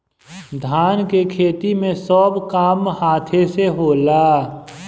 धान के खेती मे सब काम हाथे से होला